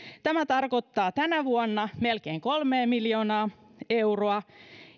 tämä tarkoittaa tänä vuonna melkein kolmea miljoonaa euroa